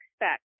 expect